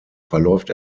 verläuft